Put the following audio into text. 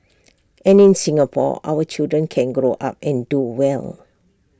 and in Singapore our children can grow up and do well